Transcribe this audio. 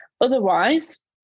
otherwise